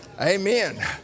Amen